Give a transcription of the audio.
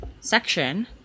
section